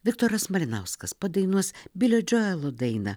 viktoras malinauskas padainuos bilo džoelo dainą